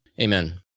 Amen